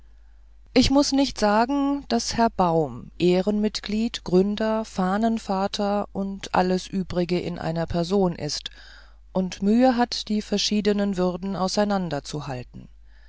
ich muß nicht sagen daß herr baum ehrenmitglied gründer fahnenvater und alles übrige in einer person ist und mühe hat die verschiedenen würden auseinanderzuhalten